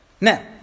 Now